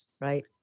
Right